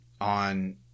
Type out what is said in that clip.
on